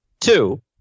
Two